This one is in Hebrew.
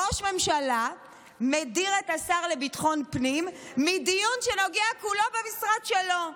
ראש ממשלה מדיר את השר לביטחון פנים מדיון שנוגע כולו במשרד שלו.